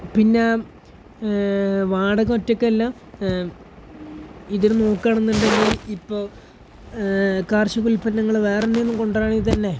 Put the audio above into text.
പിന്നെ വാടക ഒറ്റയ്ക്കല്ല ഇതിൽ നോക്കുകയാണെന്നുണ്ടെങ്കിൽ ഇപ്പോൾ കാർഷിക ഉൽപ്പന്നങ്ങൾ വേറെയെന്തിൽ നിന്നും കൊണ്ടുവരികയാണെങ്കിൽത്തന്നെ